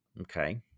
Okay